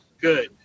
Good